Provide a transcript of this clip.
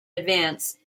advance